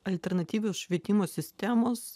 alternatyvios švietimo sistemos